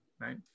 Right